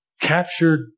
captured